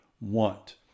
want